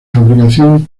fabricación